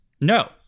No